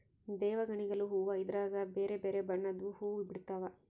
ದೇವಗಣಿಗಲು ಹೂವ್ವ ಇದ್ರಗ ಬೆರೆ ಬೆರೆ ಬಣ್ಣದ್ವು ಹುವ್ವ ಬಿಡ್ತವಾ